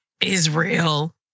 Israel